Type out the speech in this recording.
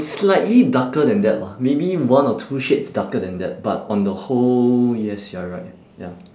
slightly darker than that lah maybe one or two shades darker than that but on the whole yes you're right ya